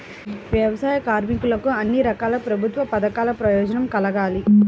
వ్యవసాయ కార్మికులకు అన్ని రకాల ప్రభుత్వ పథకాల ప్రయోజనం కలగాలి